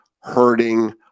hurting